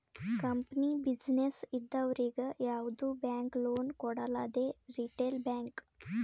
company, business ಇದ್ದವರಿಗ್ ಯಾವ್ದು bank loan ಕೊಡಲ್ಲ ಅದೇ ರಿಟೇಲ್ ಬ್ಯಾಂಕ್